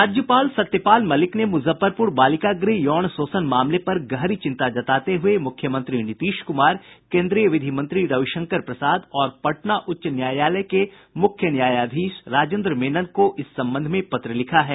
राज्यपाल सत्यपाल मलिक ने मुजफ्फरपुर बालिका गृह यौन शोषण मामले पर गहरी चिंता जताते हुए मुख्यमंत्री नीतीश कुमार केन्द्रीय विधि मंत्री रविशंकर प्रसाद और पटना उच्च न्यायालय के मुख्य न्यायाधीश राजेन्द्र मेनन को इस संबंध में पत्र लिखा है